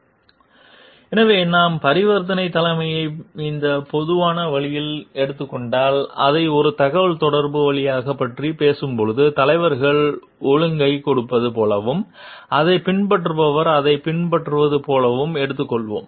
slide நேரம் 0435 பார்க்கவும் எனவே நாம் பரிவர்த்தனைத் தலைமையை இந்த பொதுவான வழியில் எடுத்துக் கொண்டால் அதை ஒரு தகவல்தொடர்பு வழியாகப் பற்றிப் பேசும்போது தலைவர் ஒழுங்கைக் கொடுப்பது போலவும் அதைப் பின்பற்றுபவர் அதைப் பின்பற்றுவது போலவும் எடுத்துக் கொள்வோம்